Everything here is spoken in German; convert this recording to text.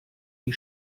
die